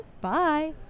bye